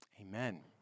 Amen